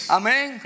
amen